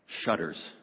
shudders